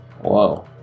Whoa